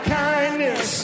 kindness